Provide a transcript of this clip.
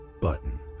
button